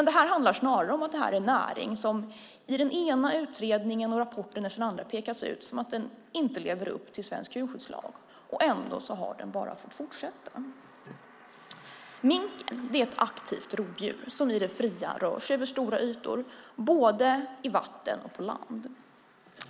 Detta handlar snarare om att det är en näring som i den ena utredningen och rapporten efter den andra pekas ut som att den inte lever upp till svensk djurskyddslag, och ändå har den bara fått fortsätta. Minken är ett aktivt rovdjur som i det fria rör sig över stora ytor, både i vatten och på land.